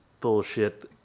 bullshit